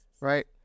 right